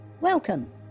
Welcome